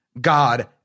God